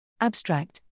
Abstract